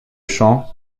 champ